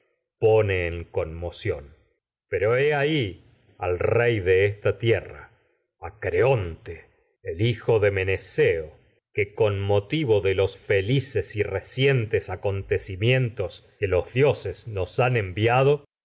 pone en conmoción pero al rey de esta motivo tierra de los a creonte y el hijo de meneceo que con felices recientes aconte me cimientos ditando que los dioses proyecto nos han enviado